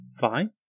Fine